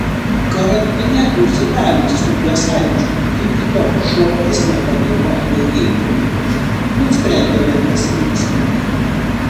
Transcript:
karantine užsidariusių jasaičių tiktok šokis nepaliko abejingų nusprendėme pasilinksminti